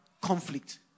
conflict